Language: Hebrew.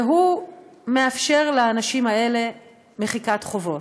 והוא מאפשר לאנשים האלה מחיקת חובות.